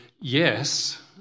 yes